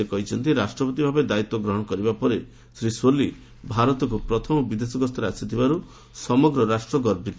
ସେ କହିଛନ୍ତି ଯେ ରାଷ୍ଟ୍ରପତି ଭାବେ ଦାୟିତ୍ୱ ଗ୍ରହଣ କରିବା ପରେ ଶ୍ରୀ ସୋଲି ଭାରତକୁ ପ୍ରଥମ ବିଦେଶ ଗସ୍ତରେ ଆସିଥିବାରୁ ସମଗ୍ର ରାଷ୍ଟ୍ର ଗର୍ବିତ